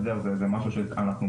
זה משהו שאנחנו,